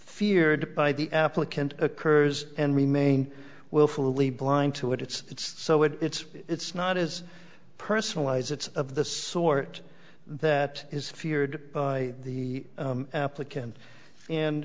feared by the applicant occurs and remain willfully blind to it it's so it's it's not as personalize it's of the sort that is feared by the applicant and